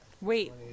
Wait